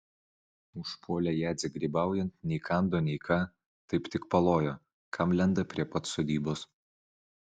užpuolė jadzę grybaujant nei kando nei ką taip tik palojo kam lenda prie pat sodybos